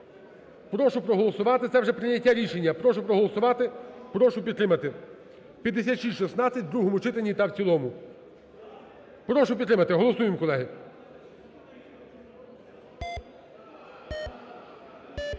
Прошу проголосувати. Це вже прийняття рішення. Прошу проголосувати, прошу підтримати 5616 в другому читанні та в цілому. Прошу підтримати. Голосуємо, колеги.